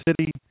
city